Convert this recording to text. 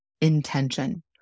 intention